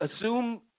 assume